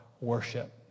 worship